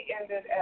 ended